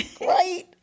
right